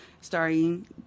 starting